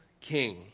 king